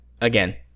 again